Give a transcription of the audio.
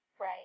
Right